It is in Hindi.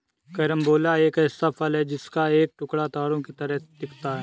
कैरम्बोला एक ऐसा फल है जिसका एक टुकड़ा तारों की तरह दिखता है